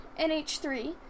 NH3